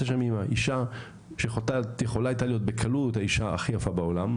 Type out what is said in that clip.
אישה שיכולה הייתה בקלות להיות האישה הכי יפה בעולם,